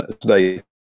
today